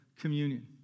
communion